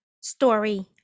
story